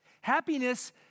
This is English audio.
Happiness